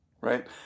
right